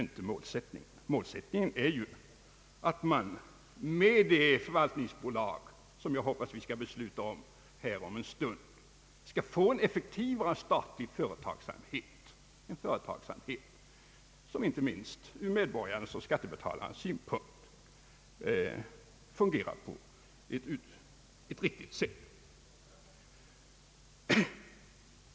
Nej, målsättningen är att vi med det förvaltningsbolag som jag hoppas att riksdagen skall besluta om i dag skall få en effektivare statlig företagsamhet, en företagsamhet som inte minst ur medborgarens och skattebetalarens synpunkt fungerar på ett riktigt sätt.